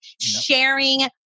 sharing